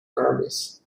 armies